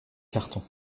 carton